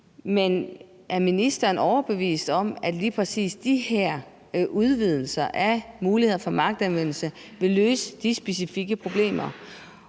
Men er ministeren overbevist om, at lige præcis de her udvidelser af mulighederne for magtanvendelse vil løse de specifikke problemer?